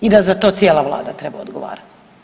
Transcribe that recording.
I da za to cijela Vlada treba odgovarati.